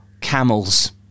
Camels